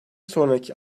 sonraki